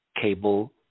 cable